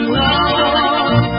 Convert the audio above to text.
love